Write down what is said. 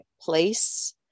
place